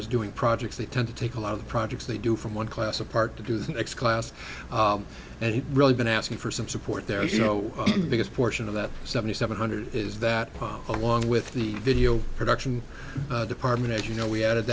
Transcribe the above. as doing projects they tend to take a lot of the projects they do from one class apart to do the next class and really been asking for some support there you know the biggest portion of that seventy seven hundred is that along with the video production department you know we had